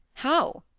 how?